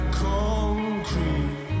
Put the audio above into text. concrete